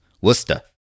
Worcester